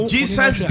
Jesus